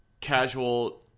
casual